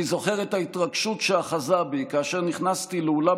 אני זוכר את ההתרגשות שאחזה בי כאשר נכנסתי לאולם